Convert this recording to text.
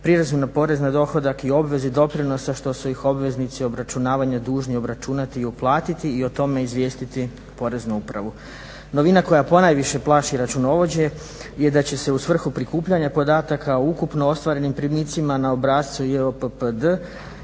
prirezu na porez na dohodak i obvezi doprinosa što su ih obveznici obračunavanja dužni obračunati i uplatiti i o tome izvijestiti Poreznu upravu. Novina koja ponajviše plaši računovođe je da će se u svrhu prikupljanja podataka u ukupno ostvarenim primicima na obrascu JOPPD